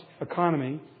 economy